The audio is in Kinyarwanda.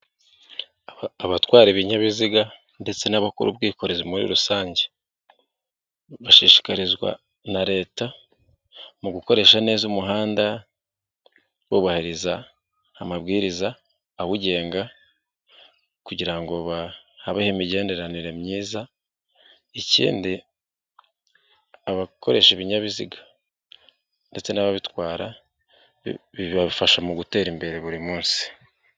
Abatwara ibinyabiziga ndetse n'abakora ubwikorezi muri rusange, bashishikirikazwa na Leta, mu gukoresha neza umuhanda, bubahiriza amabwiriza awugenga, kugira ngo habeho imigenderanire myiza. Ikndi abakoresha ibinyabiziga ndetse n'ababitwara, bibafasha mu gutera imbere buri munsi.